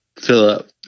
Philip